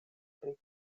pri